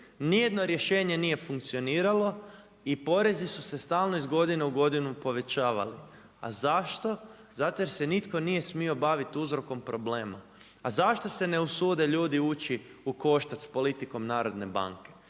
nijedno rješenje nije funkcioniralo i porezi su se stalno iz godine u godinu povećavali. A zašto? Zato jer se nitko nije smio baviti uzrokom problema. A zašto se ne usude ljudi u koštac s politikom narodne banke?